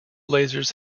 lasers